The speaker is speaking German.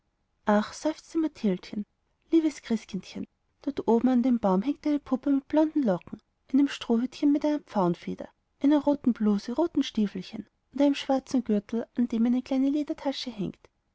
ach seufzte mathildchen liebes christkindchen dort oben an dem baum hängt eine puppe mit blonden locken einem strohhütchen mit einer pfauenfeder einer roten bluse roten stiefelchen und einem schwarzen gürtel an dem eine kleine ledertasche hängt